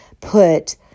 put